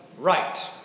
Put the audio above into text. right